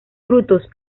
frutos